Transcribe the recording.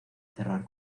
cerrar